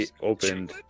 opened